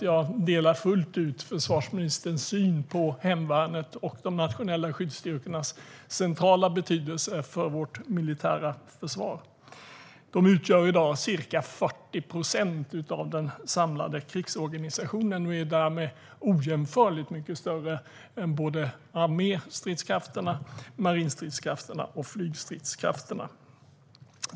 Jag delar fullt ut försvarsministerns syn på hemvärnets och de nationella skyddsstyrkornas centrala betydelse för vårt militära försvar. De utgör i dag ca 40 procent av den samlade krigsorganisationen och är därmed ojämförligt mycket större än arméstridskrafterna, marinstridskrafterna och flygstridskrafterna.